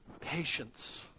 Patience